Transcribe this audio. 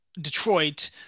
Detroit